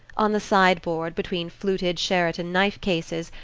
on the sideboard, between fluted sheraton knife-cases,